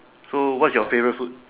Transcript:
so what's your favourite food